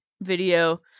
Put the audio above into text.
video-